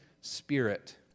spirit